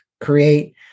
Create